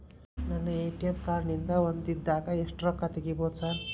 ನನ್ನ ATM card ನಿಂದಾ ಒಂದ್ ದಿಂದಾಗ ಎಷ್ಟ ರೊಕ್ಕಾ ತೆಗಿಬೋದು ಸಾರ್?